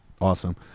awesome